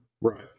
Right